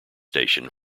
station